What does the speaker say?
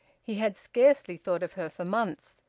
he had scarcely thought of her for months.